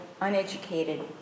uneducated